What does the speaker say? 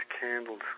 candles